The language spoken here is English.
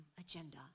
agenda